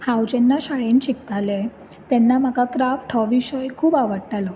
हांव जेन्ना शाळेन शिकतालें तेन्ना म्हाका क्राफ्ट हो विशय खूब आवडटालो